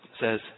says